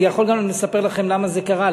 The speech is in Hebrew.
אני יכול גם לספר לכם למה זה קרה,